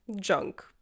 junk